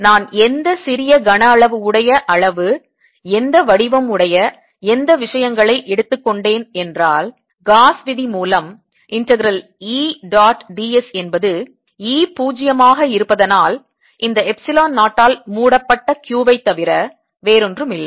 நான் எந்த சிறிய கன அளவு உடைய அளவு எந்த வடிவம் உடைய எந்த விஷயங்களை எடுத்து கொண்டேன் என்றால் காஸ் விதி மூலம் integral E dot d s என்பது E பூஜ்ஜியமாக இருப்பதனால் இந்த எப்சிலோன் 0 ஆல் மூடப்பட்ட q வை தவிர வேறொன்றும் இல்லை